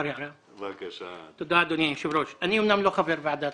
אין נמנעים,